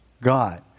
God